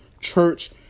church